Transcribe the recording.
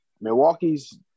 Milwaukee's –